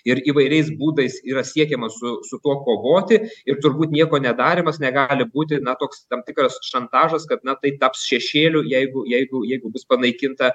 ir įvairiais būdais yra siekiama su su tuo kovoti ir turbūt nieko nedarymas negali būti na toks tam tikras šantažas kad na tai taps šešėliu jeigu jeigu jeigu bus panaikinta